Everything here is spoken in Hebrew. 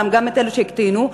גם אלה שהקטינו,